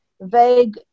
vague